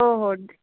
हो हो